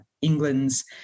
England's